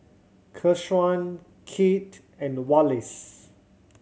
Keshaun Kit and Wallace